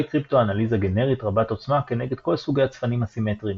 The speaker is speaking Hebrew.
זוהי קריפטואנליזה גנרית רבת עוצמה כנגד כל סוגי הצפנים הסימטריים,